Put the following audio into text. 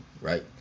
right